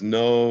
no